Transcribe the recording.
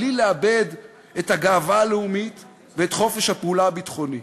בלי לאבד את הגאווה הלאומית ואת חופש הפעולה הביטחוני.